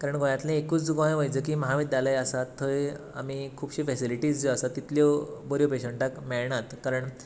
कारण गोंयातलें एकूच गोंय वैजकी महाविद्यालय आसा थंय आमी खुबशी फेसिलिटीस जे आसा तितल्यो बऱ्यो पेशन्टाक मेळनात कारण